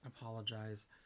apologize